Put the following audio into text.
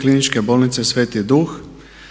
Kliničke bolnice Sveti Duh